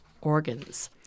organs